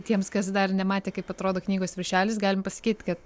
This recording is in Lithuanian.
tiems kas dar nematė kaip atrodo knygos viršelis galim pasakyt kad